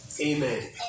Amen